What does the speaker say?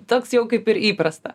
toks jau kaip ir įprasta